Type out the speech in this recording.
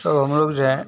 सब हम लोग जो हैं